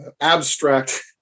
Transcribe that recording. abstract